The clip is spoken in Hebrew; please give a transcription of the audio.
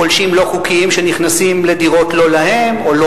פולשים לא חוקיים שנכנסים לדירות לא להם או לא